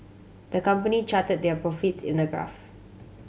the company charted their profits in a graph